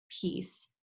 peace